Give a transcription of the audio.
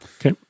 Okay